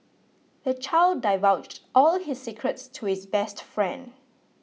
the child divulged all his secrets to his best friend